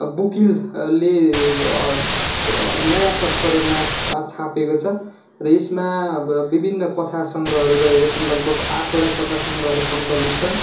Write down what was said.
अब बुकिलले नयाँ संस्करणमा छापेको छ र यसमा विभिन्न कथा सङग्रहहरू रहेको छन् लगभग आठवटा कथा सङग्रहहरू सङ्कलित छन्